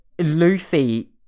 Luffy